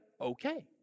Okay